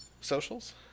socials